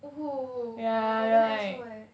oh oh my god damn asshole leh